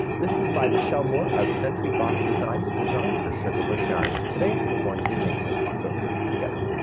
this is by michelle moore of sentry box designs designed for sugar bush yarns. today we're going to be making this poncho together.